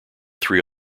three